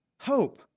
hope